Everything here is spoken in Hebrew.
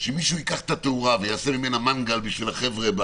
שמישהו ייקח את התאורה ויעשה ממנה מנגל בשביל החבר'ה,